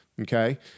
Okay